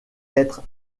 être